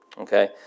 Okay